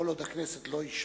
כל עוד הכנסת לא אישרה,